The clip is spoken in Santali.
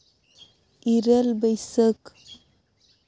ᱤᱨᱟᱹᱞ ᱵᱟᱹᱭᱥᱟᱹᱠᱷ